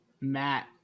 Matt